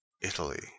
Italy